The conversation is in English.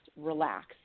relax